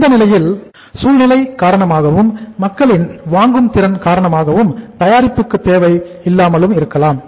மந்த நிலையில் சூழ்நிலை காரணமாகவும் மக்களின் வாங்கும் திறன் காரணமாகவும் தயாரிப்புக்கான தேவை இல்லாமலும் இருக்கலாம்